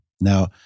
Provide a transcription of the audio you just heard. Now